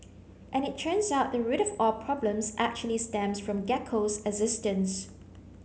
and it turns out the root of all problems actually stems from Gecko's existence